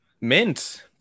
mint